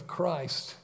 Christ